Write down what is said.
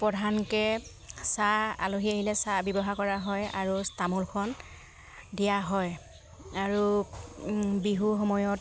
প্ৰধানকৈ চাহ আলহী আহিলে চাহ ব্যৱহাৰ কৰা হয় আৰু তামোলখন দিয়া হয় আৰু বিহু সময়ত